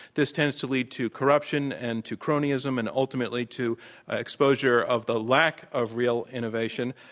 this tends to lead to corruption and to cronyism and ultimately to exposure of the lack of real innovation.